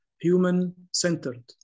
human-centered